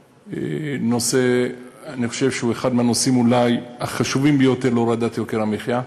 אני חושב שהוא אולי מהנושאים החשובים ביותר להורדת יוקר המחיה.